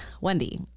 wendy